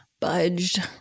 budged